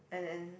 and then